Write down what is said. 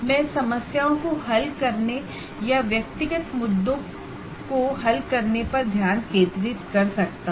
मैं समस्याओं को हल करने या व्यक्तिगत मुद्दों को हल करने पर ध्यान केंद्रित कर सकता हूं